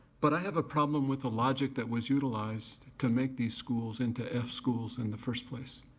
but i have a problem with the logic that was utilized to make these schools into f schools in the first place.